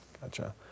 Gotcha